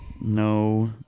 No